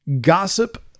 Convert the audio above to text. gossip